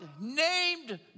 named